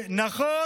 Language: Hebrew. נכון,